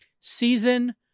Season